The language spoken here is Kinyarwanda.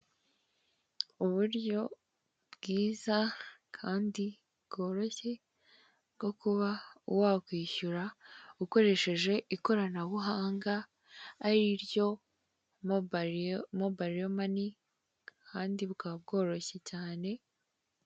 Uburyo bwiza kandi bworoshye, bwo kuba wakwishyura ukoreshesheje ikoranabuhanga ariryo, mobayiro mani kandi bukaba bworoshye cyane,